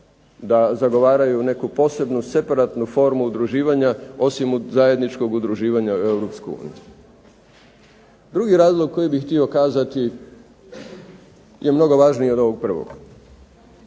da zagovaraju neku posebnu separatnu formu udruživanja osim zajedničkog udruživanja u EU. Drugi razlog koji bih htio kazati je mnogo važniji od ovog prvog,